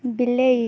ବିଲେଇ